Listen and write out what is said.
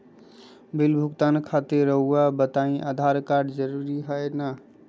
Bill भुगतान खातिर रहुआ बताइं आधार कार्ड जरूर चाहे ना?